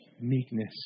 meekness